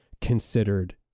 considered